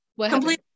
Completely